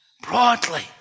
broadly